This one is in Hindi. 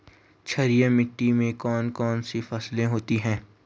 क्षारीय मिट्टी में कौन कौन सी फसलें होती हैं?